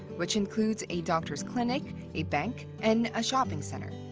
which includes a doctor's clinic, a bank, and a shopping center.